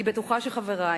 אני בטוחה שחברי